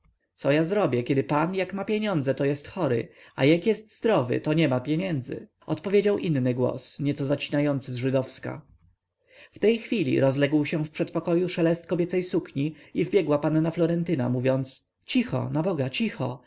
co ja zrobię kiedy pan jak ma pieniądze to jest chory a jak jest zdrów to nie ma pieniędzy odpowiedział inny głos nieco zacinający z żydowska w tej chwili rozległ się w przedpokoju szelest kobiecej sukni i wbiegła panna florentyna mówiąc cicho na boga cicho